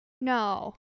No